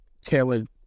tailored